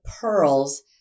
pearls